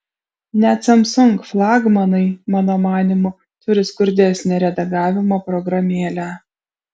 net samsung flagmanai mano manymu turi skurdesnę redagavimo programėlę